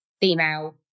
female